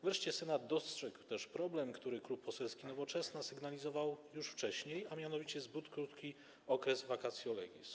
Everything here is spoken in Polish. Wreszcie Senat dostrzegł też problem, który Klub Poselski Nowoczesna sygnalizował już wcześniej, a mianowicie zbyt krótki okres vacatio legis.